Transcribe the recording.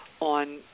on